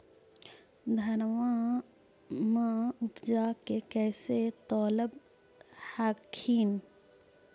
धनमा उपजाके कैसे तौलब हखिन?